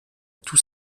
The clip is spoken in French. tous